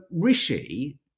Rishi